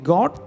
God